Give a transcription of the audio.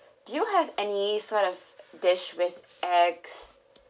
do you have any sort of dish with eggs